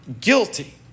guilty